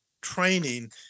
training